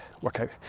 workout